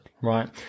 right